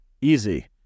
easy